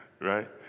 Right